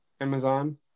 amazon